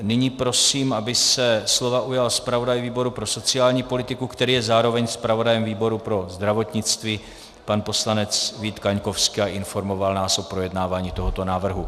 Nyní prosím, aby se slova ujal zpravodaj výboru pro sociální politiku, který je zároveň zpravodajem výboru pro zdravotnictví, pan poslanec Vít Kaňkovský, a informoval nás o projednávání tohoto návrhu.